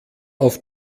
auf